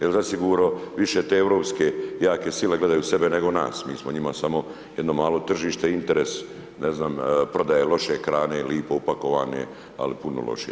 Jer zasigurno više te europske jake sile gledaju sebe nego nas, mi smo njima samo jedno malo tržište, interes, ne znam prodaja loše hrane, lipo upakovane, ali puno lošije.